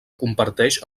comparteix